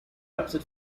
upset